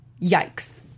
yikes